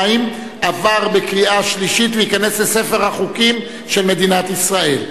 2) עברה בקריאה שלישית ותיכנס לספר החוקים של מדינת ישראל.